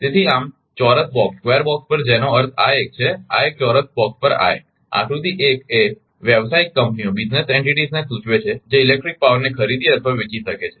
તેથી આમ ચોરસ બોક્સ પર જેનો અર્થ આ એક છે આ એક ચોરસ બોક્સ પર આ એક આકૃતિ 1 એ વ્યવસાયિક કંપનીઓને સૂચવે છે જે ઇલેક્ટ્રિક પાવરને ખરીદે અથવા વેચી શકે છે